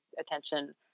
attention